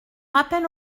rappel